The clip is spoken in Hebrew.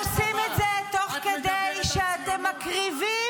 אתם עושים את זה תוך כדי שאתם מקריבים